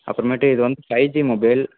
அப்புறமேட்டு இது வந்து ஃபைவ் ஜி மொபைல்